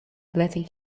letting